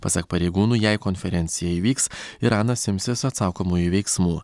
pasak pareigūnų jei konferencija įvyks iranas imsis atsakomųjų veiksmų